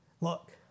look